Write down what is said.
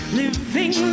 living